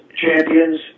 champions